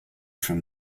from